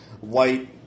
white